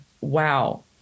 wow